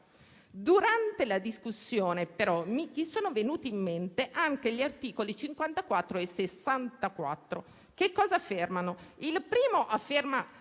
Durante la discussione, però, mi sono venuti in mente anche gli articoli 54 e 64 della